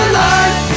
life